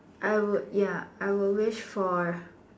I would ya I would wish for